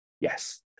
Yes